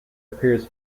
appears